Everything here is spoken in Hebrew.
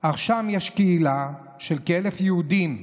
אך שם יש קהילה של כ-1,000 יהודים,